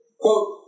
Quote